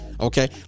okay